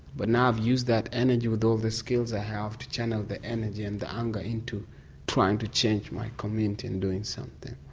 but now i've used that energy with all the skills i ah have to channel the energy and the anger into trying to change my community and doing something.